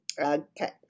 Okay